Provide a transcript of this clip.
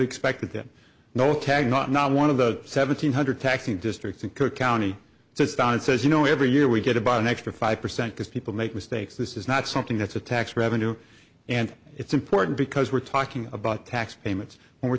expected that no tag not not one of the seven hundred taxing districts in cook county so it's down says you know every year we get about an extra five percent because people make mistakes this is not something that's a tax revenue and it's important because we're talking about tax payments and we're